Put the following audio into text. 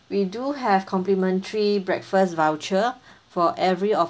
we do have complementary breakfast voucher for every of